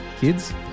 kids